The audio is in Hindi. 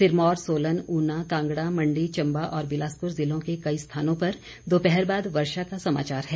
सिरमौर सोलन ऊना कांगड़ा मण्डी चंबा और बिलासपुर जिलों के कई स्थानों पर दोपहरबाद वर्षा का समाचार है